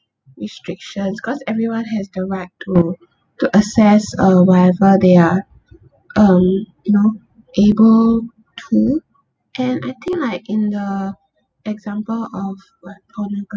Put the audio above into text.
restrictions because everyone has the right to to access uh whatever they are um you know able to and I think like in the example of like pornography